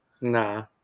nah